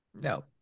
No